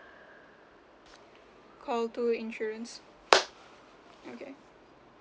call two insurance okay